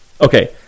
Okay